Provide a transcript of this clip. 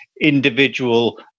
individual